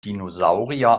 dinosaurier